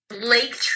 Lake